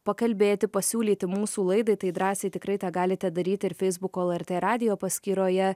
pakalbėti pasiūlyti mūsų laidai tai drąsiai tikrai tą galite daryti ir feisbuko lrt radijo paskyroje